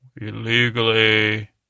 illegally